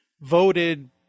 voted